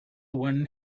when